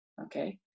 Okay